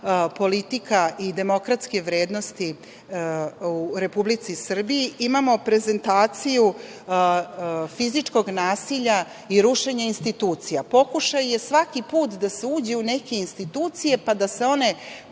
politika i demokratske vrednosti u Republici Srbiji, imamo prezentaciju fizičkog nasilja i rušenje institucija. Pokušaj je svaki put da se uđe u neke institucije, pa da se one